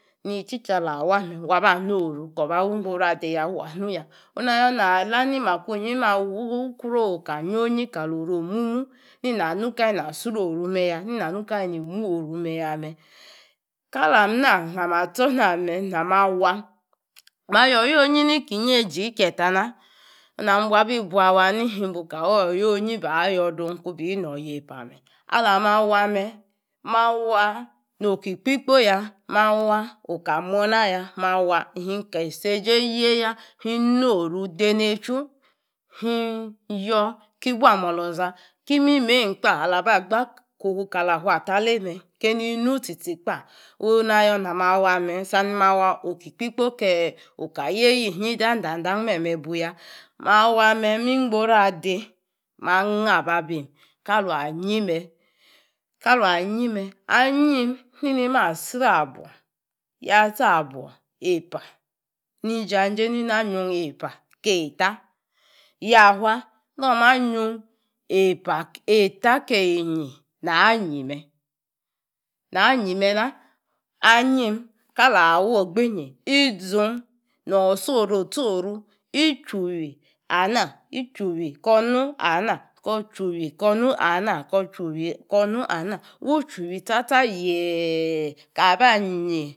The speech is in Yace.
Nii tchi cha ala wa, wa ba noru koor ba weijei adei ya, onu na ya ni makunyi, a wu kruor oka yonyi kalo ruo numu, neimi anu ka lei ni asro oru. imuoro ya me kalam na alama tsor na me na ma waa, Ma yor oyo' onyi ni kinyi eiji ki ye ta na. onuna mi ba bu buawa nini inka wor yonyi ba yor dung kung bii nor oyeipa me:Alama wa me. ma waa oka muo naya, ma waa hin ki seije, yeiya ni buuoru dei neichu inyoor ki bua olami oloza. Ki imi meim kpa alaba gba kofu me kala a fua talei me, kein nutchi tchi kpaa. Onu na yoor nama wame. Sani ma waa oki kpikpo, kei oka yeinyi dan dan me me bu ya, mawa me, mi gboru adei. Maa gaa ababim klung a' yime. Ayim neini me a'sre yatche abuo nin janjei neini ayong eipa keita, yafua neina anyung eipa keita. kei enyi ha yime, Naa yi me na. Ayim kala awo gbinyi izung noor soru otsoru itchu wii ana. Koor chu wi kor nu ana, koor chuwi kor nu ana wuu chu wi cha cha ye kaba anyi